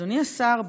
אדוני השר,